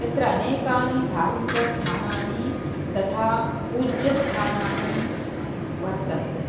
यत्र अनेकानि धार्मिकस्थानानि तथा पूज्यस्थानानि वर्तन्ते